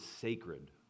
sacred